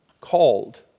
called